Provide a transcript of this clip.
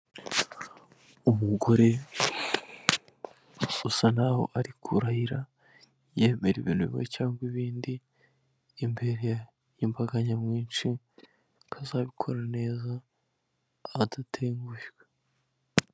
Umugore usa naho ari kurahira yemera ibintu bimwe cyangwa ibindi imbere y'imbaga nyamwinshi ko azabikora neza adatengushwe.